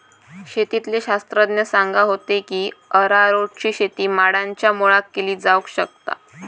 शेतीतले शास्त्रज्ञ सांगा होते की अरारोटची शेती माडांच्या मुळाक केली जावक शकता